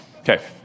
Okay